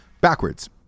backwards